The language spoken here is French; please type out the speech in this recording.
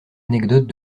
anecdotes